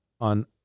on